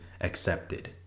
accepted